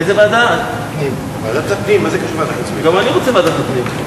ההצעה להעביר את הנושא לוועדת הפנים והגנת הסביבה נתקבלה.